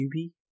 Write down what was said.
QB